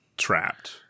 trapped